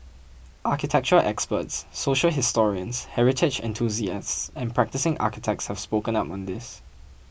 architectural experts social historians heritage enthusiasts and practising architects have spoken up on this